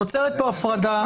נוצרת הפרדה,